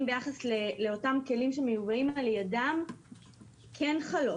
ביחס לאותם כלים שמיובאים על ידם כן חלות.